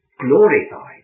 glorified